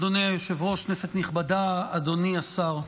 אדוני היושב-ראש, כנסת נכבדה, אדוני השר,